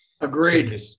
Agreed